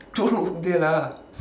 don't look there lah